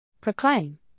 Proclaim